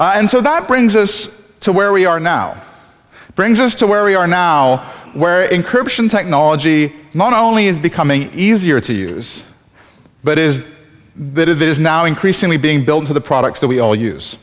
and so that brings us to where we are now brings us to where we are now where incursion technology not only is becoming easier to use but is that it is now increasingly being billed to the products that we all use